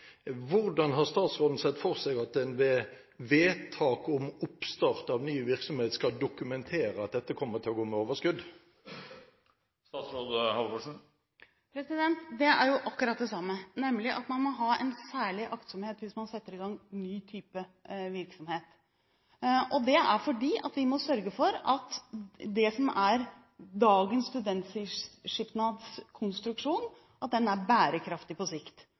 Hvordan har statsråden sett for seg at en ved vedtak om oppstart av ny virksomhet skal dokumentere at dette kommer til å gå med overskudd? Det er jo akkurat det samme, nemlig at man må ha en særlig aktsomhet hvis man setter i gang en ny type virksomhet. Det er fordi vi må sørge for at det som er dagens studentsamskipnadskonstruksjon, er bærekraftig på sikt.